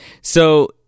So-